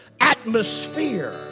atmosphere